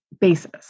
basis